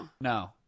no